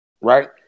right